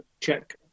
Check